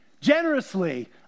generously